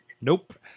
Nope